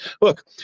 look